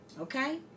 Okay